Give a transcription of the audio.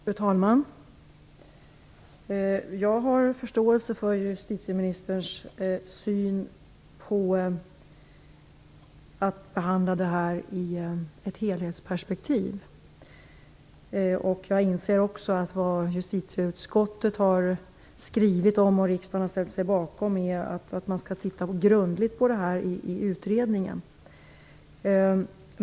Fru talman! Jag har förståelse för justitieministerns syn på att det här skall behandlas i ett helhetsperspektiv. Jag inser också att justitieutskottet har skrivit - och riksdagen har ställt sig bakom det - att man skall titta grundligt på detta i utredningen.